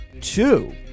two